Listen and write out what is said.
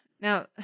Now